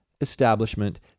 establishment